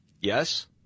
Yes